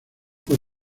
por